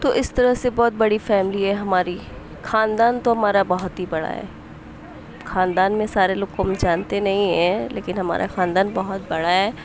تو اِس طرح سے بہت بڑی ہے فیملی ہے ہماری خاندان تو ہمارا بہت ہی بڑا ہے خاندان میں سارے لوگ کو ہم جانتے نہیں ہیں لیکن ہمارا خاندان بہت بڑا ہے